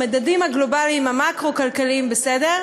המדדים הגלובליים המקרו-כלכליים בסדר,